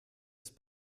ist